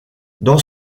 dans